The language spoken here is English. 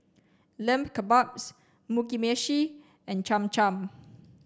Lamb Kebabs Mugi Meshi and Cham Cham